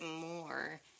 more